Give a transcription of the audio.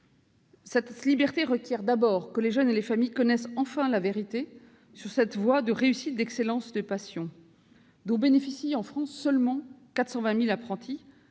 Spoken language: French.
cette liberté requiert d'abord que les jeunes et leurs familles connaissent enfin la vérité sur cette voie de réussite, d'excellence et de passion dont bénéficient seulement 420 000 apprentis